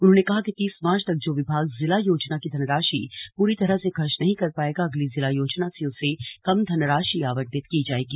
उन्होंने कहा कि तीस मार्च तक जो विभाग जिला योजना की धनराशि पूरी तरह से खर्च नही कर पायेगा अगली जिला योजना से उसे कम धनराशि आवंटित की जायेगी